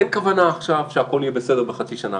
אין כוונה עכשיו שהכול יהיה בסדר בחצי שנה.